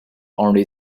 only